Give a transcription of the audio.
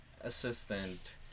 assistant